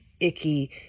icky